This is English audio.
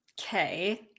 Okay